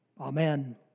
Amen